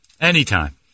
Anytime